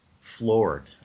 floored